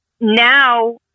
now